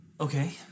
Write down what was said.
Okay